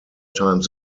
times